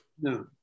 no